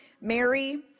Mary